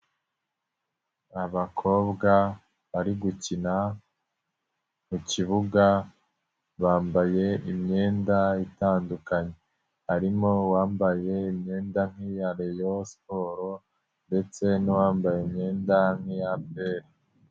Abakobwa bari gukina mu kibuga, bambaye imyenda itandukanye. Harimo uwambaye imyenda nk'iya rayon sports ndetse n'uwambaye imyenda nk'iya APR